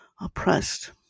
oppressed